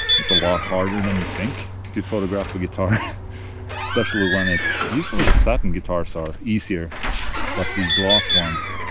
it's a lot harder than you think to photograph a guitar especially when it's. usually the satin guitars are easier but the gloss ones,